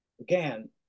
again